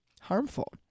harmful